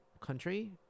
country